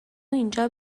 اینجا